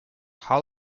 how